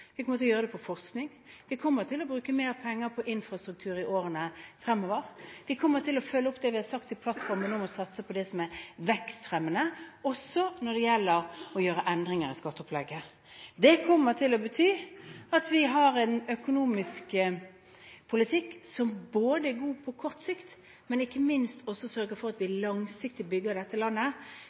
på forskning. Vi kommer til å bruke mer penger på infrastruktur i årene fremover. Vi kommer til å følge opp det vi har sagt i plattformen om å satse på det som er vekstfremmende, også når det gjelder å gjøre endringer i skatteopplegget. Det kommer til å bety at vi har en økonomisk politikk som er god på kort sikt, men som ikke minst også sørger for at vi langsiktig bygger dette landet,